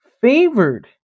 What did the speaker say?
favored